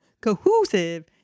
cohesive